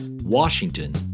Washington